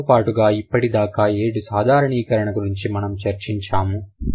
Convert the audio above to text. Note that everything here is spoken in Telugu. వీటితో పాటుగా ఇప్పటిదాకా ఏడు సాధారణీకరణ గురించి మనం గుర్తించి చర్చించాము